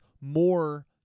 more